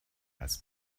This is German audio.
als